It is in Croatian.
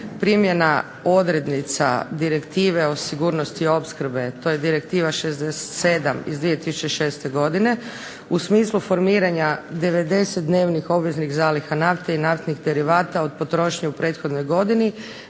primjena odrednica Direktive o sigurnosti opskrbe, to je Direktiva 67 iz 2006. godine u smislu formiranja 90 dnevnih obveznih zaliha nafte i naftnih derivata od potrošnje u prethodnoj godini